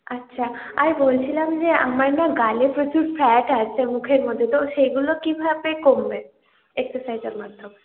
আচ্ছা আর বলছিলাম যে আমার না গালে প্রচুর ফ্যাট আছে মুখের মধ্যে তো সেগুলো কীভাবে কমবে এক্সারসাইজের মাধ্যমে